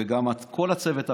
וגם לכל הצוות הבין-משרדי,